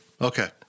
Okay